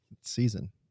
season